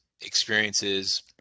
experiences